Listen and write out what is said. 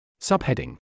Subheading